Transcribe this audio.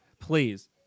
Please